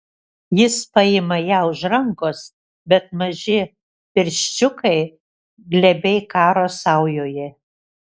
jis paima ją už rankos bet maži pirščiukai glebiai karo saujoje